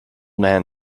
man